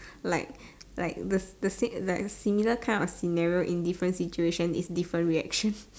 like like the the sake like in similar kind of scenario in different situation is different reaction